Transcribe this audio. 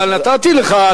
אבל נתתי לך.